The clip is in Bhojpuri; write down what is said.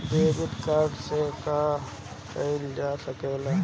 डेबिट कार्ड से का का कइल जा सके ला?